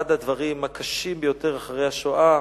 אחד הדברים הקשים ביותר אחרי השואה,